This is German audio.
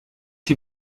die